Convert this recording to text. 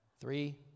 three